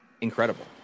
incredible